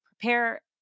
prepare